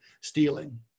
stealing